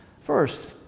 First